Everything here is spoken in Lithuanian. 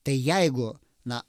tai jeigu na